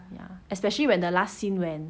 ya especially when the last scene when